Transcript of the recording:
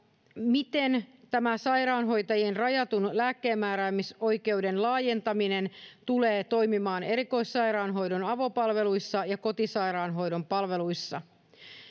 miten tämä sairaanhoitajien rajatun lääkkeenmääräämisoikeuden laajentaminen tulee toimimaan erikoissairaanhoidon avopalveluissa ja kotisairaanhoidon palveluissa